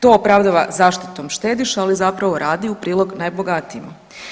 To opravdava zaštitom štediša, ali zapravo radi u prilog najbogatijima.